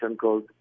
called